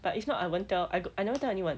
but if not I won't tell I I never tell anyone